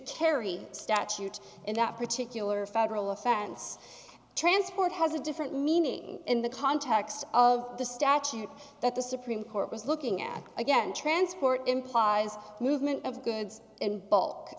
terry statute in that particular federal offense transport has a different meaning in the context of the statute that the supreme court was looking at again transport implies movement of goods in bulk